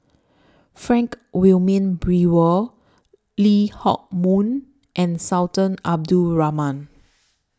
Frank Wilmin Brewer Lee Hock Moh and Sultan Abdul Rahman